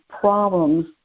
problems